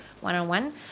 one-on-one